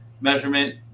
measurement